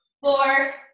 four